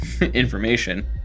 information